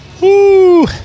Woo